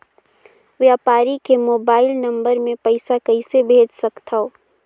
व्यापारी के mobile number मे पईसा कइसे भेज सकथव?